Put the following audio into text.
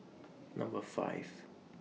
Number five